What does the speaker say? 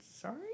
sorry